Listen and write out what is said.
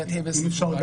אתחיל בסיפור.